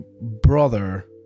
brother